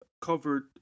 covered